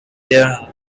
there